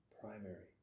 primary